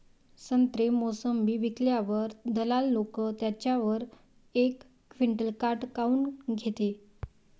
संत्रे, मोसंबी विकल्यावर दलाल लोकं त्याच्यावर एक क्विंटल काट काऊन घेते?